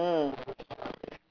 mm